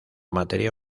materia